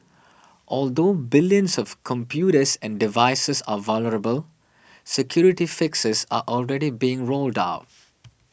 although billions of computers and devices are vulnerable security fixes are already being rolled out